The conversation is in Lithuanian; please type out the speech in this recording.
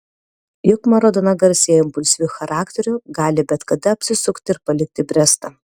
juk maradona garsėja impulsyviu charakteriu gali bet kada apsisukti ir palikti brestą